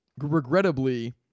regrettably